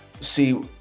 see